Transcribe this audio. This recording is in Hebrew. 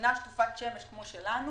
במדינה שטופת שמש כמו שלנו,